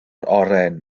oren